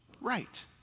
right